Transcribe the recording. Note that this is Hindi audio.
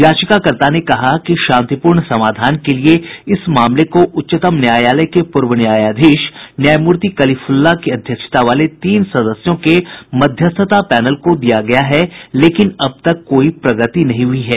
याचिकाकर्ता ने कहा कि शांतिपूर्ण समाधान के लिए इस मामले को उच्चतम न्यायालय के पूर्व न्यायाधीश न्यायमूर्ति कलीफुल्ला की अध्यक्षता वाले तीन सदस्यों के मध्यस्थता पैनल को दिया गया है लेकिन अब तक कोई प्रगति नहीं हुई है